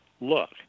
look